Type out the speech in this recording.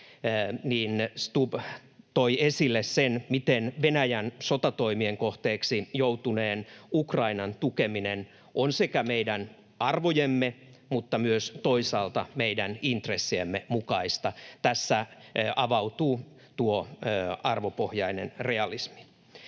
Stubb toi esille sen, miten Venäjän sotatoimien kohteeksi joutuneen Ukrainan tukeminen on sekä meidän arvojemme mutta myös toisaalta meidän intressiemme mukaista. Tässä avautuu tuo arvopohjainen realismi.